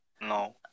no